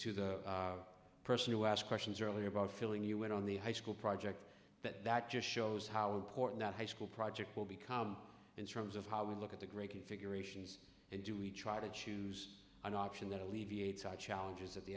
to the person who asked questions earlier about feeling you went on the high school project that that just shows how important that high school project will become in terms of how we look at the great configurations and do we try to choose an option that alleviates our challenges at the